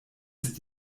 ist